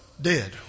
dead